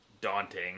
daunting